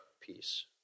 peace